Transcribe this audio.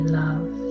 love